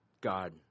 God